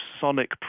sonic